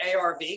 ARV